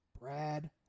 Brad